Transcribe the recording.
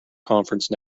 conference